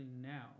now